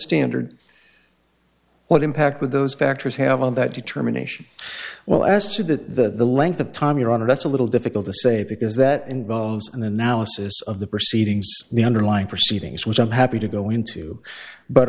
standard what impact with those factors have on that determination well as to that the length of time your honor that's a little difficult to say because that involves an analysis of the proceedings the underlying proceedings which i'm happy to go into but